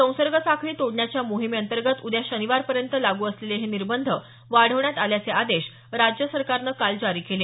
संसर्ग साखळी तोडण्याच्या मोहिमेअंतर्गत उद्या शनिवारपर्यंत लाग्र असलेले हे निर्बंध वाढवण्यात आल्याचे आदेश राज्य सरकारनं काल जारी केले